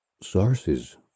Sources